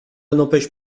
n’empêche